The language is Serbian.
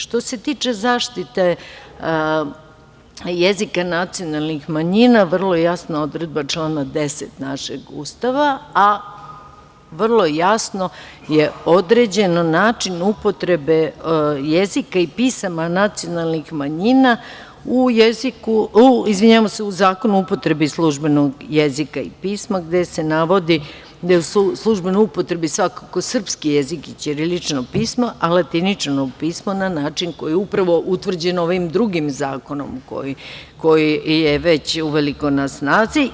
Što se tiče zaštite jezika nacionalnih manjina, vrlo je jasna odredba člana 10. našeg Ustava, a vrlo je jasno i određen način upotrebe jezika i pisama nacionalnih manjina u Zakonu o upotrebi službenog jezika i pisma, gde se navodi da je u službenoj upotrebi svakako srpski jezik i ćirilično pismo, a latinično pismo na način koji je upravo utvrđen ovim drugim zakonom koji je već uveliko na snazi.